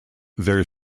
their